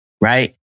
right